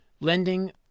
lending